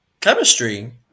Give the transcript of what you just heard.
Chemistry